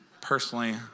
Personally